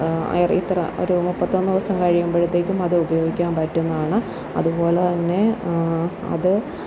ഇത്ര ഒരു മുപ്പത്തൊന്നു ദിവസം കഴിയുമ്പോഴത്തേക്കും അത് ഉപയോഗിക്കാൻ പറ്റുന്നതാണ് അതുപോലെതന്നെ അത്